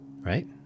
right